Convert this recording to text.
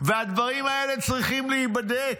והדברים האלה צריכים להיבדק,